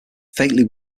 fatally